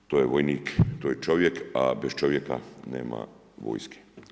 To je vojnik, to je čovjek, a bez čovjeka nema vojske.